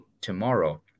tomorrow